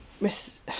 Miss